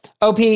OP